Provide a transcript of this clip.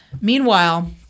meanwhile –